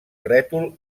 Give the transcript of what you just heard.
rètol